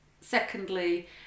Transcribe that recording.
secondly